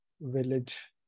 village